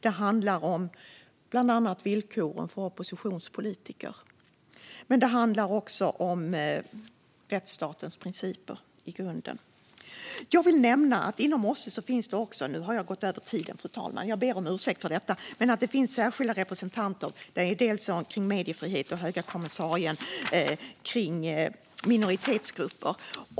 Det handlar bland annat om villkoren för oppositionspolitiker. Men det handlar också i grunden om rättsstatens principer. Jag vill nämna att OSSE också har särskilda representanter för mediefrihet samt den höga kommissarien för minoritetsgrupper.